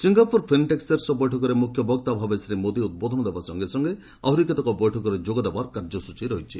Singapore fintech ଶୀର୍ଷ ବୈଠକରେ ମୁଖ୍ୟବକ୍ତାଭାବେ ଶ୍ରୀ ମୋଦି ଉଦ୍ବୋଧନ ଦେବା ସଙ୍ଗେ ସଙ୍ଗେ ଆହୁରି କେତେକ ବୈଠକରେ ଯୋଗ ଦେବାର କାର୍ଯ୍ୟସ୍ଟଚୀ ରହିଛି